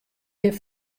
hjir